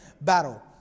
battle